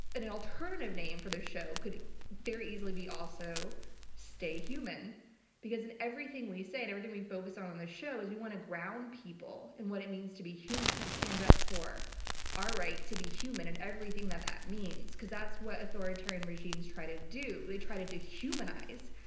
and an alternative name for the show could very easily be also stay human because in everything we say and everything we focus on in the show is you want to ground people in what it means to be human, and stand up for our right to be human and everything that that means, cause that's what authoritarian regimes try to do. they try to dehumanize.